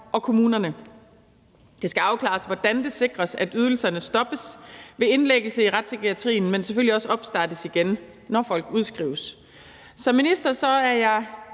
og kommunerne. Det skal afklares, hvordan det sikres, at ydelserne stoppes ved indlæggelse i retspsykiatrien, men selvfølgelig også opstartes igen, når folk udskrives. Som minister er jeg